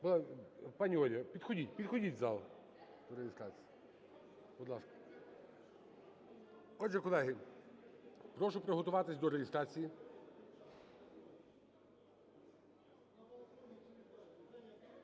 Пані Ольга, підходіть, підходіть в зал для реєстрації, будь ласка. Отже, колеги, прошу приготуватись до реєстрації.